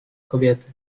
kobiety